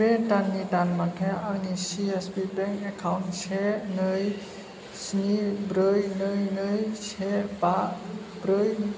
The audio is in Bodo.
बे दाननि दान बान्थाया आंनि C S P bank account से नै स्नि ब्रै नै नै से बा ब्रै